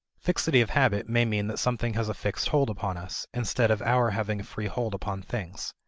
fixity of habit may mean that something has a fixed hold upon us, instead of our having a free hold upon things.